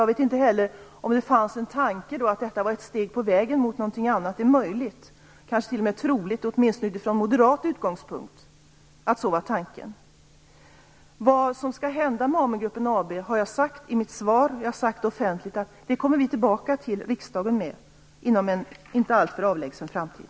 Jag vet inte heller om det fanns en tanke om att detta var ett steg på vägen mot någonting annat. Det är möjligt, kanske t.o.m. troligt, att det var tanken åtminstone från moderat utgångspunkt. Jag har sagt i mitt svar vad som skall hända med AMU-gruppen AB. Jag har offentligt sagt att regeringen kommer tillbaka till riksdagen med detta inom en inte alltför avlägsen framtid.